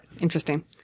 Interesting